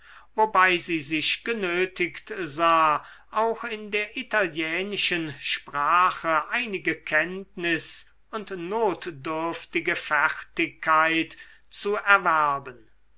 wobei sie sich genötigt sah auch in der italienischen sprache einige kenntnis und notdürftige fertigkeit zu erwerben